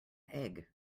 egg